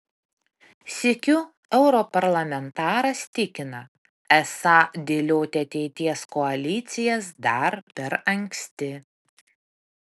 sykiu europarlamentaras tikina esą dėlioti ateities koalicijas dar per anksti